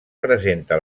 presenta